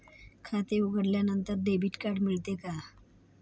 खाते उघडल्यानंतर debit card मिळते का?